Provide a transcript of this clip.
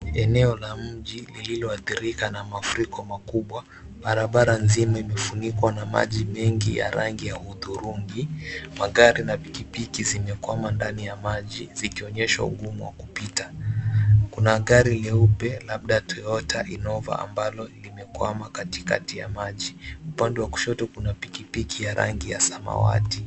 Eneo la mji lililoathirika na mafuriko makubwa, barabara nzima imefunikwa na maji mengi ya rangi ya uthurungi. Magari na pikipiki zimekwama ndani ya maji zikionyesha ugumu wa kupita. Kuna gari leupe labda Toyota Innova ambalo limekwama katikati ya maji. Upande wa kushoto kuna pikipiki ya rangi ya samawati.